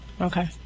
Okay